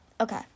Okay